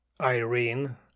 irene